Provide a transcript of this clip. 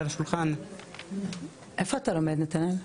על השולחן --- איפה אתה לומד נתנאל?